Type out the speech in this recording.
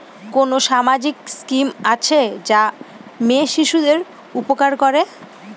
কোন সামাজিক স্কিম আছে যা মেয়ে শিশুদের উপকার করে?